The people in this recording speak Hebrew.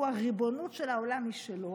הריבונות של העולם היא שלו,